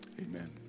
Amen